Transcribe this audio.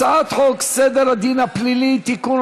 הצעת חוק סדר הדין הפלילי (תיקון,